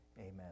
Amen